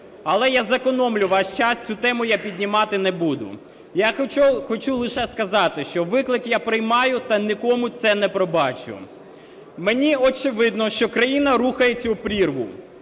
але я зекономлю ваш час, цю тему я піднімати не буде. Я хочу лише сказати, що виклик я приймаю та нікому це не пробачу. Мені очевидно, що країна рухається у прірву.